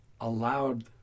allowed